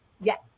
Yes